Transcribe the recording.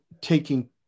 taking